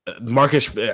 Marcus